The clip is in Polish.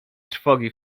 trwogi